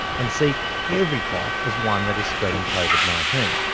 and see every cough as one that is spreading covid nineteen.